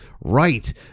right